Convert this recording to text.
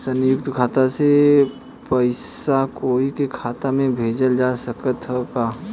संयुक्त खाता से पयिसा कोई के खाता में भेजल जा सकत ह का?